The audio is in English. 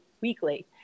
weekly